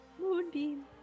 moonbeam